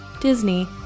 Disney